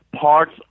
parts